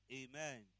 Amen